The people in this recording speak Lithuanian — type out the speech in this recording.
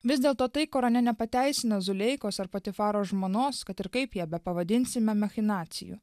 vis dėlto tai korane nepateisina zuleikos ar patifaro žmonos kad ir kaip ją bepavadinsime machinacijų